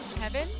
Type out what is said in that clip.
Kevin